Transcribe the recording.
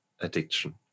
addiction